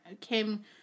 Kim